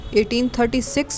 1836